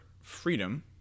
freedom